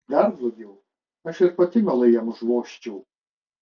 dar blogiau aš ir pati mielai jam užvožčiau